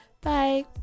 bye